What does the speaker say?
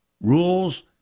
rules